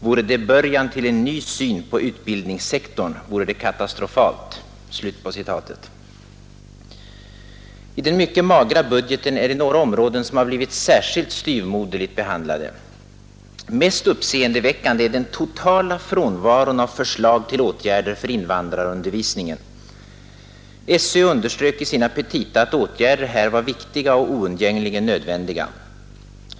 Vore det början till en ny syn på utbildningssektorn, vore det katastrofalt.” I den mycket magra budgeten är det några områden som blivit särskilt styvmoderligt behandlade. Mest uppseendeväckande är den totala frånvaron av förslag till åtgärder för invandrarundervisningen. SÖ underströk i sina petita att åtgärder här var viktiga och oundgängligen nödvändiga.